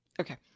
Okay